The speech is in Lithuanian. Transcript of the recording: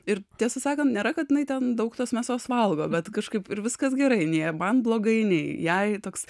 ir tiesą sakant nėra kad jinai ten daug tos mėsos valgo bet kažkaip ir viskas gerai nė man blogai nei jai toks